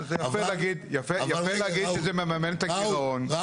יפה להגיד שזה מממן את הגירעון,